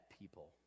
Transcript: people